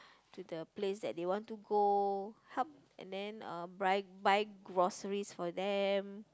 to the place that they want to go help and then uh buy buy groceries for them